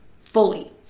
fully